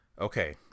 Okay